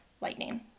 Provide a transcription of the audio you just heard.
lightning